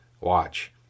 watch